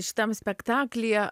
šitam spektaklyje